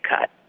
cut